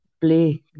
play